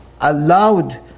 allowed